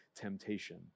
temptation